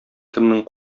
кемнең